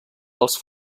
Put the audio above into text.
els